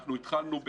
אנחנו התחלנו בתהליך,